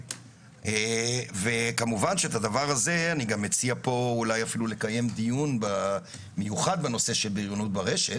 אני גם מציע פה אולי אפילו לקיים דיון מיוחד בנושא של בריונות ברשת